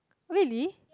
really